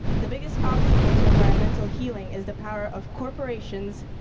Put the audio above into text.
the biggest obstacle to environmental healing is the power of corporations,